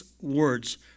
words